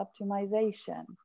optimization